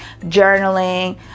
journaling